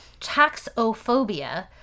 taxophobia